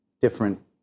different